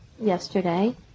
yesterday